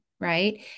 right